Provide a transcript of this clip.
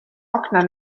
akna